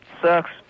Sucks